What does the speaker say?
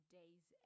days